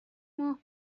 ماه